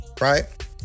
Right